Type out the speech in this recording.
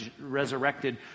resurrected